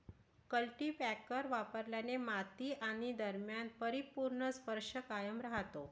cultipacker वापरल्याने माती आणि दरम्यान परिपूर्ण स्पर्श कायम राहतो